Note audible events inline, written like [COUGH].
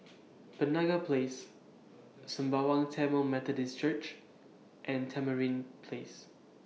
[NOISE] Penaga Place Sembawang Tamil Methodist Church and Tamarind Place